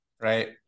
right